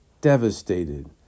devastated